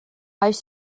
oes